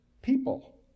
people